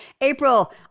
April